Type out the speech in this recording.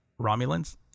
Romulans